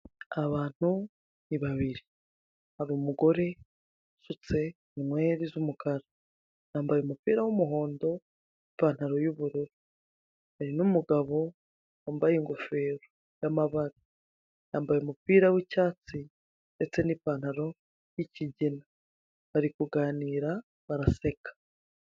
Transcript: Aba bantu ni babiri, hari umugore usutse inweri z'umukara, yambaye umupira w'umuhondo, n'ipantaro y'ubururu, hari n'umugabo wambaye ingofero y'amabara, yambaye umupira w'icyatsi ndetse n'ipantaro y'ikigina, bari kuganira, baraseka.